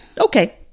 Okay